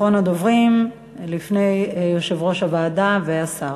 אחרון הדוברים לפני יושב-ראש הוועדה והשר.